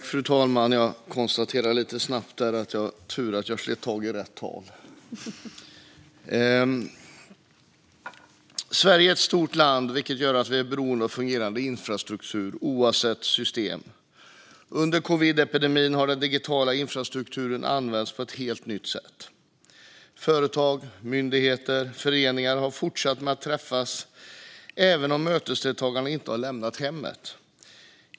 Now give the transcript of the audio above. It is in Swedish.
Fru talman! Sverige är ett stort land, vilket gör att vi är beroende av fungerande infrastruktur oavsett system. Under covidepidemin har den digitala infrastrukturen använts på ett helt nytt sätt. Företag, myndigheter och föreningar har fortsatt att träffas även om mötesdeltagarna inte har lämnat hemmet.